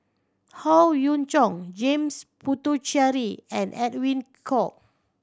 Howe Yoon Chong James Puthucheary and Edwin Koek